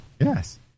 Yes